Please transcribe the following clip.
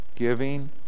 giving